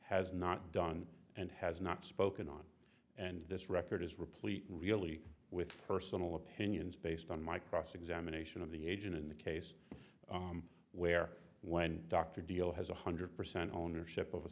has not done and has not spoken on and this record is replete really with personal opinions based on my cross examination of the agent in the case where when dr deal has one hundred percent ownership of a